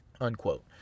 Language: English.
unquote